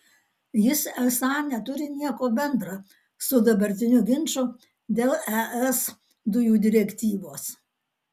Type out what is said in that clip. jis esą neturi nieko bendra su dabartiniu ginču dėl es dujų direktyvos